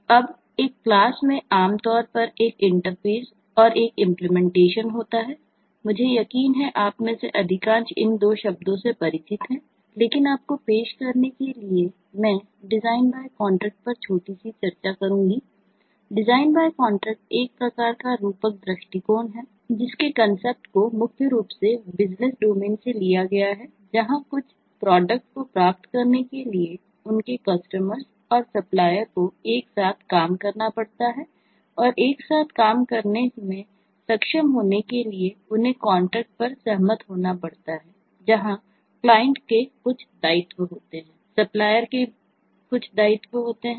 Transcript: अब एक क्लास के कुछ दायित्व होते हैं